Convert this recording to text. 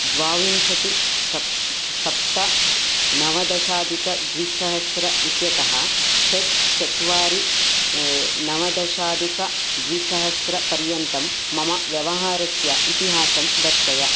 द्वाविंशति सप् सप्त नवदशाधिकद्विसहस्र इत्यतः षट् चत्वारि नवदशाधिकद्विसहस्रपर्यन्तं मम व्यवहारस्य इतिहासं दर्शय